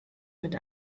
mit